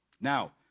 Now